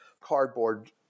cardboard